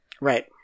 Right